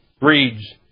reads